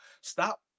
Stop